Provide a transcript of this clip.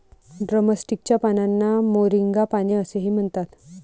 drumstick च्या पानांना moringa पाने असेही म्हणतात